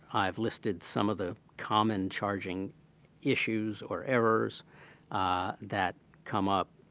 i've listed some of the common charging issues or errors that come up.